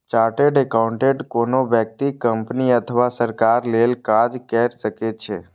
chartered accountant कोनो व्यक्ति, company अथवा सरकार लेल काज कैर सकै छै